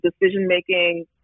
decision-making